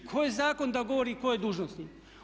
Tko je zakon da govori tko je dužnosnik?